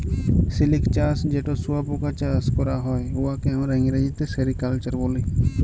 সিলিক চাষ যেট শুঁয়াপকা চাষ ক্যরা হ্যয়, উয়াকে আমরা ইংরেজিতে সেরিকালচার ব্যলি